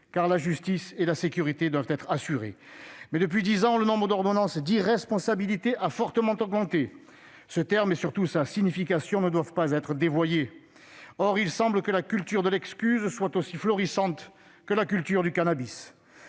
car la justice et la sécurité doivent être assurées. Mais depuis dix ans le nombre d'ordonnances d'irresponsabilité a fortement augmenté. Ce terme et, surtout, sa signification ne doivent pas être dévoyés. Or il semble que la culture de l'excuse soit aussi florissante que la culture du cannabis.